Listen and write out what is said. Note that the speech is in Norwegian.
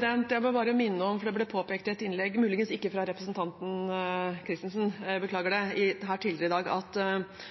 vil bare minne om noe som ble påpekt i et innlegg – muligens ikke fra representanten Kristensen; beklager det